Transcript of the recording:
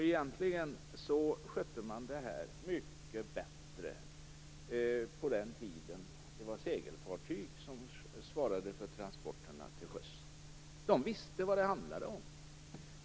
Egentligen skötte man det här mycket bättre på den tiden då det var segelfartyg som svarade för transporterna till sjöss. Då visste man vad det handlade om.